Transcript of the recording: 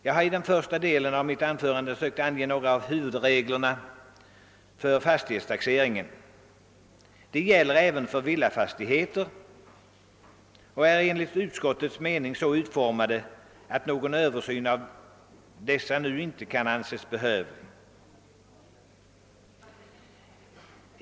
Jag har i den första delen av mitt anförande sökt ange några av huvudreglerna för fastighetstaxeringen. De gäller även för villafastigheter och är enligt utskottets mening så utformade att någon översyn av dem nu inte kan anses behövlig.